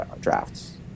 drafts